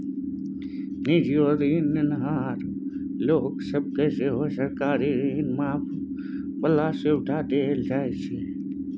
निजीयो ऋण नेनहार लोक सब केँ सेहो सरकारी ऋण माफी बला सुविधा देल जाइ छै